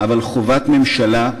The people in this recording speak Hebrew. אבל חובת ממשלה,